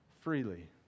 freely